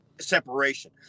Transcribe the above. separation